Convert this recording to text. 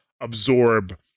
absorb